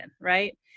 right